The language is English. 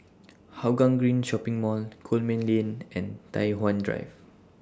Hougang Green Shopping Mall Coleman Lane and Tai Hwan Drive